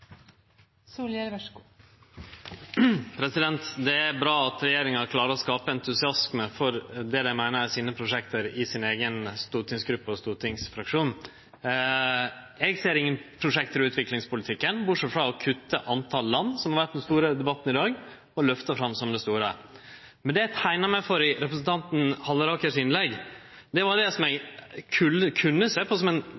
ser ingen prosjekt i utviklingspolitikken, bortsett frå å kutte talet på land, som har vore den store debatten i dag – løfta fram som det store. Men det eg teikna meg for i representanten Hallerakers innlegg, var det som